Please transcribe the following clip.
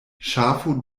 ŝafo